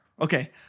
Okay